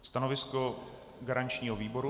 Stanovisko garančního výboru?